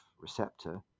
receptor